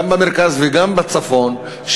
גם במרכז וגם בצפון,